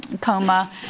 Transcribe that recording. coma